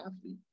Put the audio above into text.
athlete